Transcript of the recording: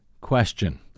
question